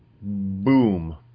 Boom